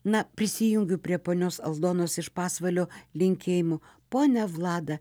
na prisijungiu prie ponios aldonos iš pasvalio linkėjimų ponia vlada